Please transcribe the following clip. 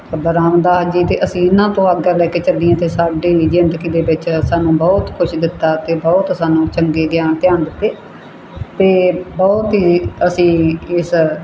ਬਾਬਾ ਰਾਮਦਾਸ ਜੀ ਅਤੇ ਅਸੀਂ ਉਹਨਾਂ ਤੋਂ ਆਗਿਆ ਲੈ ਕੇ ਚੱਲੀਏ ਤਾਂ ਸਾਡੇ ਵੀ ਜ਼ਿੰਦਗੀ ਦੇ ਵਿੱਚ ਸਾਨੂੰ ਬਹੁਤ ਕੁਛ ਦਿੱਤਾ ਅਤੇ ਬਹੁਤ ਸਾਨੂੰ ਚੰਗੇ ਗਿਆਨ ਧਿਆਨ ਦਿੱਤੇ ਅਤੇ ਬਹੁਤ ਹੀ ਅਸੀਂ ਇਸ